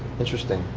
interesting.